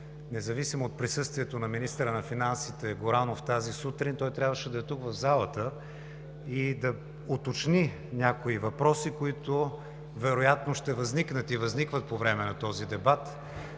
независимо от присъствието на министъра на финансите Горанов тази сутрин, той трябваше да е тук, в залата, и да уточни някои въпроси, които вероятно ще възникнат и възникват по време на този дебат.